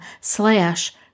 slash